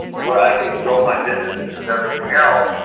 where i can grow my businesses and everything else.